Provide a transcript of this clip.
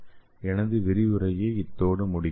எனது விரிவுரையை இத்தோடு முடிக்கிறேன்